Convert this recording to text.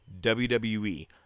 WWE